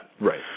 Right